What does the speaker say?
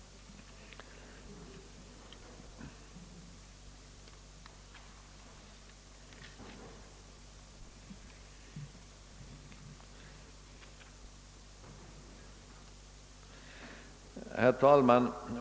Herr talman!